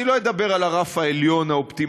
אני לא אדבר על הרף העליון, האופטימלי.